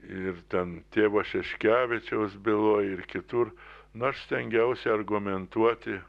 ir ten tėvo šeškevičiaus byloj ir kitur nu aš stengiausi argumentuoti